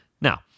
Now